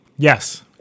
Yes